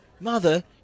Mother